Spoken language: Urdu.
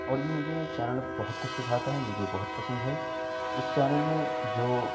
اور یہ مجھے چینل اب بہت کچھ سکھاتا ہے مجھے بہت پسند ہے اس چینل میں جو